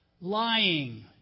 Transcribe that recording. lying